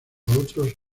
otros